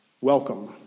Welcome